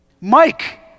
Mike